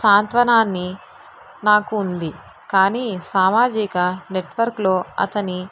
సాత్వనాన్ని నాకు ఉంది కానీ సామాజిక నెట్వర్క్లో అతని